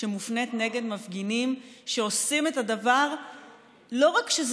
שמופנית נגד מפגינים שעושים את הדבר שלא רק שהוא